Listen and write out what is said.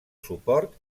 suport